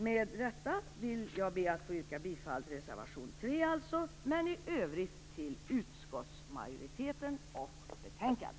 Med det anförda yrkar jag bifall till reservation 3 och i övrigt till hemställan i utskottets betänkande.